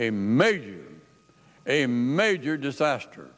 a major a major disaster